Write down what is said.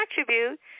attribute